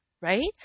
right